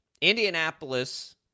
Indianapolis